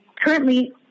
currently